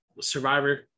survivor